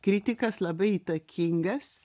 kritikas labai įtakingas